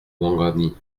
ouangani